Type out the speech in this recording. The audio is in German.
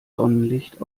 sonnenlicht